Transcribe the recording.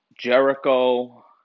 Jericho